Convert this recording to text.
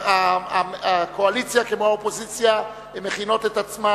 הקואליציה והאופוזיציה מכינות את עצמן